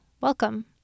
welcome